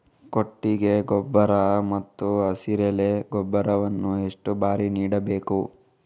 ಕೊಟ್ಟಿಗೆ ಗೊಬ್ಬರ ಮತ್ತು ಹಸಿರೆಲೆ ಗೊಬ್ಬರವನ್ನು ಎಷ್ಟು ಬಾರಿ ನೀಡಬೇಕು?